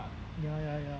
ya ya ya